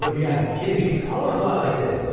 like you gotta be kidding me! i want to fly like this!